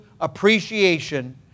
appreciation